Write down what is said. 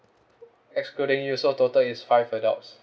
excluding you so total is five adults